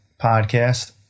podcast